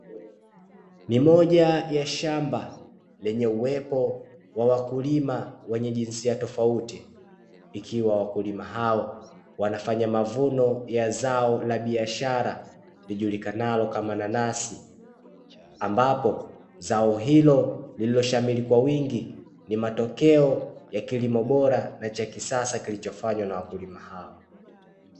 Ni moja ya shamba lenye uwepo wa wakulima wenye jinsia tofauti, ikiwa wakulima hao wanafanya mavuno ya zao la biashara lijulikanalo kama nanasi, ambapo zao hilo lililoshamiri kwa wingi ni matokeo ya kilimo bora na cha kisasa kilichofanywa na wakulima hao.